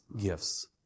gifts